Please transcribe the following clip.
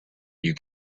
you